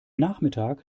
nachmittag